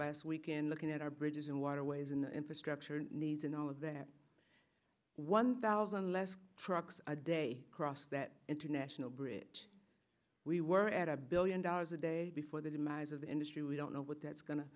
last weekend looking at our bridges and waterways and infrastructure needs and all of that one thousand less trucks a day cross that international bridge we were at a billion dollars a day before the demise of the industry we don't know what that's go